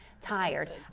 tired